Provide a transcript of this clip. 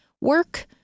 work